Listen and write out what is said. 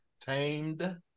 Tamed